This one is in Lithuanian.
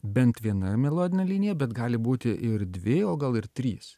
bent viena melodinė linija bet gali būti ir dvi o gal ir trys